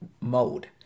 mode